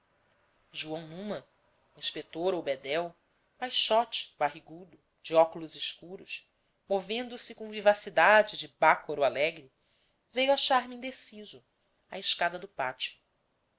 joão numa inspetor ou bedel baixote barrigudo de óculos escuros movendo-se com vivacidade de bácoro alegre veio achar-me indeciso à escada do pátio